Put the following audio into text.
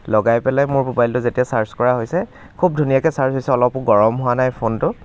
লগাই পেলাই মোৰ ম'বাইলটো যেতিয়া চাৰ্জ কৰা হৈছে খুব ধুনীয়াকে চাৰ্জ হৈছে অলপো গৰম হোৱা নাই ফোনটো